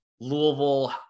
Louisville